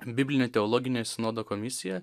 biblinė teologinė sinodo komisija